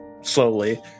slowly